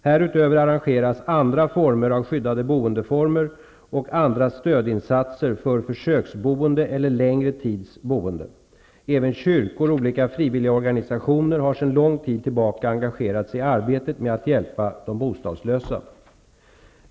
Härutöver arrangeras andra former av skyddade boendeformer och andra stödinsatser för försöksboende eller längre tids boende. Även kyrkor och olika frivilliga organisationer har sedan lång tid tillbaka engagerat sig i arbetet med att hjälpa de bostadslösa.